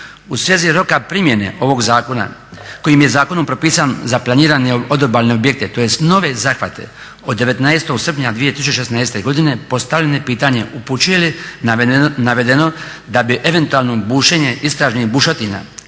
U svezi roka primjene ovog zakona kojim je zakonom propisan za planiranje odobalne projekte, tj. nove zahvate od 19. srpnja 2016. godine postavljeno je pitanje upućuje li navedeno da bi eventualno bušenje istražnih bušotina